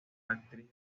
actriz